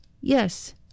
Yes